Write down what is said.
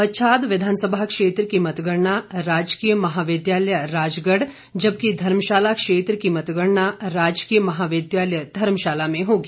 पच्छाद विधानसभा क्षेत्र की मतगणना राजकीय महाविद्यालय राजगढ़ जबकि धर्मशाला क्षेत्र की मतगणना राजकीय महाविद्यालय धर्मशाला में होगी